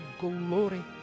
glory